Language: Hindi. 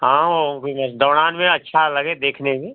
हाँ ओ भी मेरे दौड़ान में अच्छा लगे देखने में